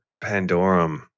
Pandorum